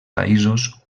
països